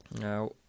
Now